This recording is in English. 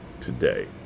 today